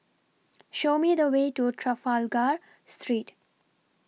Show Me The Way to Trafalgar Street